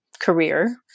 career